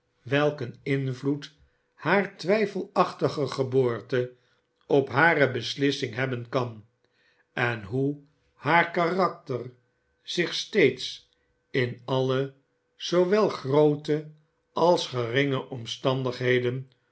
een invloed hare twijfelachtige geboorte op hare beslissing hebben kan en hoe haar karakter zich steeds in alle zoowel groote als geringe omstandigheden